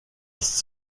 ist